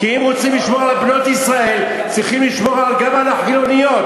כי אם רוצים לשמור על בנות ישראל צריכים לשמור גם על החילוניות,